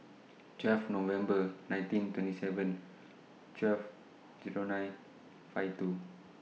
twelve November nineteen twenty seven twelve Zero nine five two